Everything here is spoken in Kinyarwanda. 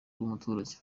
bw’umuturage